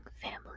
family